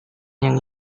yang